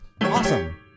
awesome